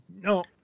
no